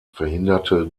verhinderte